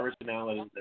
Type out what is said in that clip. personality